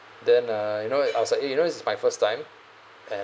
then uh you know it I was like eh you know this is my first time and